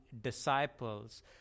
disciples